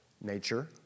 nature